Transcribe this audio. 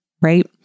right